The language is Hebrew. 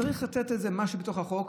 צריך לתת משהו בחוק,